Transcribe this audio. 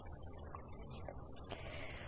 Q1k1nV1Vk